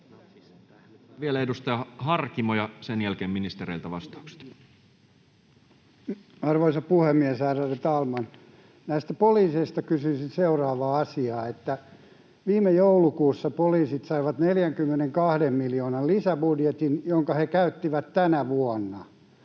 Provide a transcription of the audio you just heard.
valtion talousarvioksi vuodelle 2022 Time: 16:21 Content: Arvoisa puhemies, ärade talman! Näistä poliiseista kysyisin seuraavaa asiaa: Viime joulukuussa poliisit saivat 42 miljoonan lisäbudjetin, jonka he käyttivät tänä vuonna.